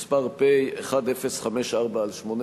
מס' פ/1054/18.